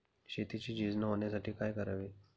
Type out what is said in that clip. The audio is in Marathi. शेतीची झीज न होण्यासाठी काय करावे?